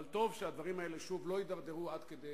אבל טוב שהדברים האלה לא יידרדרו שוב עד כדי